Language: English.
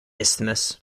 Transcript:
isthmus